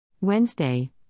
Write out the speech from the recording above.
Wednesday